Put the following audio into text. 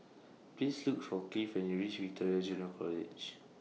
Please Look For Cleave when YOU REACH Victoria Junior College